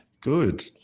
Good